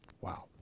Wow